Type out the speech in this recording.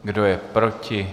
Kdo je proti?